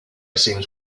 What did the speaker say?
seems